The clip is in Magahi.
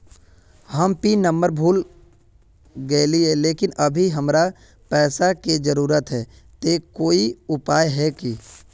हम पिन नंबर भूल गेलिये लेकिन अभी हमरा पैसा के जरुरत है ते कोई उपाय है की?